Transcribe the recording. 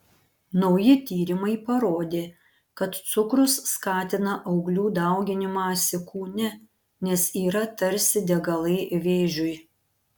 nauji tyrimai parodė kad cukrus skatina auglių dauginimąsi kūne nes yra tarsi degalai vėžiui